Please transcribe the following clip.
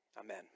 Amen